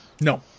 No